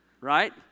Right